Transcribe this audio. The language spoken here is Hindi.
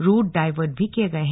रूट डायवर्ट भी किये गए हैं